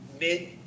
mid